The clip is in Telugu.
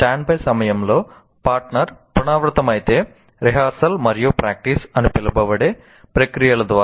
స్టాండ్బై సమయంలో పాటర్న్ పునరావృతమైతే రిహార్సల్ అని పిలువబడే ప్రక్రియల ద్వారా